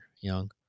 young